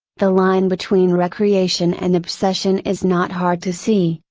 the line between recreation and obsession is not hard to see,